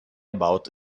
about